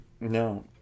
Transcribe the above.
No